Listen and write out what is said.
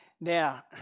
Now